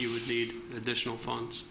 you would need additional funds